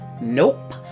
Nope